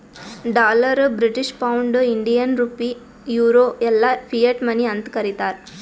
dollar, British pound, Indian rupee, euro ಎಲ್ಲಾ fiat money ಅಂತ್ ಕರೀತಾರ